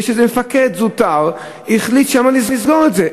זאת משום שמפקד זוטר החליט לסגור את זה.